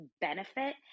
benefit